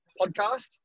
Podcast